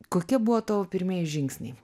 kokie buvo tavo pirmieji žingsniai